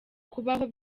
kubaho